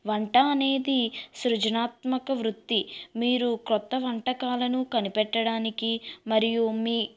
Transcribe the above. వంట అనేది సృజనాత్మక వృత్తి మీరు కొత్త వంటకాలను కనిపెట్టడానికి మరియు మీ